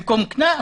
במקום קנס,